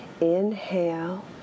Inhale